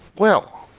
well,